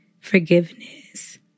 forgiveness